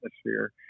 atmosphere